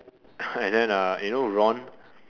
and then uh you know Ron